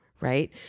right